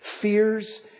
fears